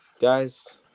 guys